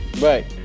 Right